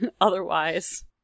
Otherwise